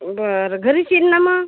बरं घरीच येईन ना मग